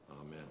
Amen